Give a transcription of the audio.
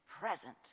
present